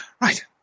right